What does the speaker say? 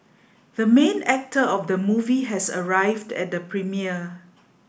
the main actor of the movie has arrived at the premiere